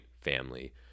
family